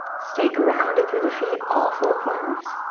stay grounded through the feet, all four corners.